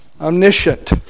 omniscient